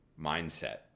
mindset